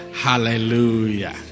Hallelujah